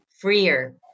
freer